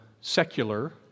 secular